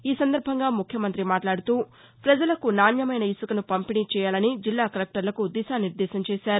ఈసందర్బంగా ముఖ్యమంత్రి మాట్లాడుతూ ప్రజలకు నాణ్యమైన ఇసుకను పంపిణీ చేయాలని జిల్లా కలెక్టర్లకు దిశానిర్దేశం చేశారు